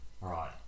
Right